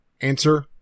Answer